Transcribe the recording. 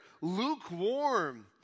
lukewarm